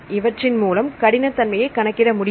இவற்றின் மூலம் கடினத்தன்மையை கணக்கிட முடியும்